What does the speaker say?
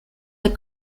the